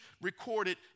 recorded